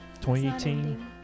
2018